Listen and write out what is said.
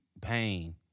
Pain